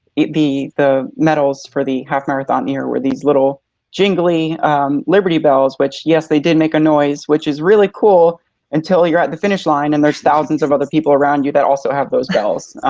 the the medals for the half marathon here were these little jingling liberty bells which, yes they did make a noise. which is really cool until you're at the finish line and there's thousands of other people around you that also have those bells.